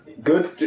Good